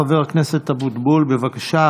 חבר הכנסת אבוטבול, בבקשה.